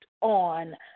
on